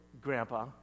Grandpa